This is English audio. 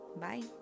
bye